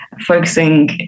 focusing